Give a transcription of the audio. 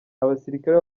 abasirikare